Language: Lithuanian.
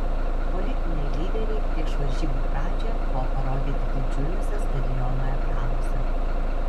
politiniai lyderiai prieš varžybų pradžią buvo parodyti didžiuliuose stadiono ekranuose